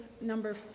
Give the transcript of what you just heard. number